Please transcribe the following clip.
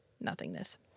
nothingness